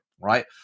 right